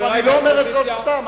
אני לא אומר את זאת סתם.